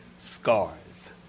scars